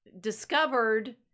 discovered